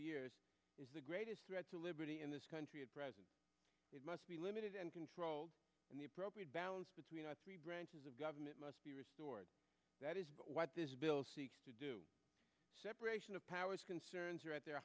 years is the greatest threat to liberty in this country at present it must be limited and controlled and the appropriate balance between our three branches of government must be restored that is what this bill seeks to do separation of powers concerns are at their